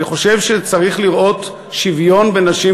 אני חושב שצריך לראות שוויון בין נשים